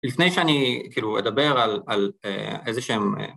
‫לפני שאני אדבר על איזה שהם...